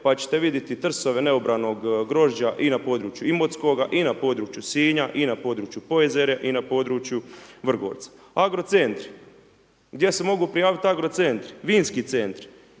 pa ćete vidjeti trsove neobranog grožđa i na području Imotskoga i na području Sinja i na području .../Govornik se ne razumije./... i na području Vrgorca. Agrocentri, gdje se mogu prijavit agrocentri, vinski centri,